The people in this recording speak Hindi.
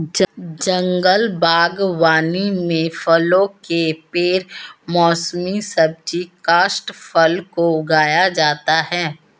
जंगल बागवानी में फलों के पेड़ मौसमी सब्जी काष्ठफल को उगाया जाता है